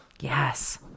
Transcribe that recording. Yes